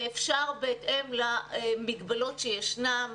אפשר, בהתאם למגבלות שישנם,